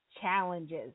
challenges